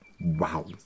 Wow